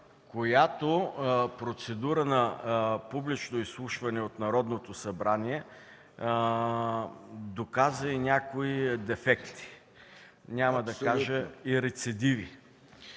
която процедура на публично изслушване от Народното събрание доказа и някои дефекти, да не кажа – и рецидиви.